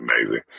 amazing